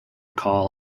call